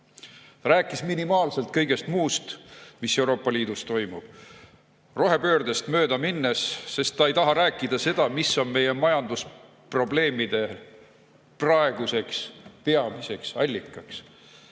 Rääkis minimaalselt kõigest muust, mis Euroopa Liidus toimub, rohepöördest mööda minnes, sest ta ei taha rääkida seda, mis on praegu meie majandusprobleemide peamiseks allikaks.